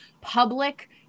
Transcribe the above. public